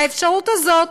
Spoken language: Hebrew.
האפשרות הזאת